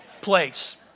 place